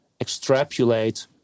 extrapolate